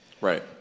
Right